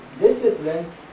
discipline